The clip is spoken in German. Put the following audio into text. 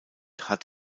hat